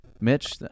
Mitch